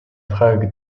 frage